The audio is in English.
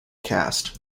cast